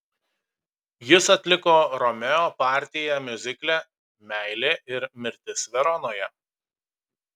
jis atliko romeo partiją miuzikle meilė ir mirtis veronoje